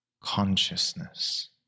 consciousness